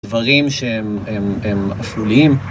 דברים שהם... הם.. אפלוליים